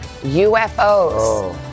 UFOs